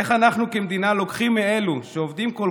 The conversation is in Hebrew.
איך אנחנו כמדינה לוקחים מאלו שעובדים כל